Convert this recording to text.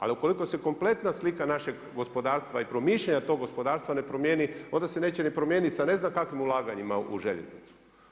Ali ukoliko se kompletna slika našeg gospodarstva i promišljanja tog gospodarstva ne promijeni, onda se neće promijeniti sa ne znam kakvim ulaganjima u željeznicu.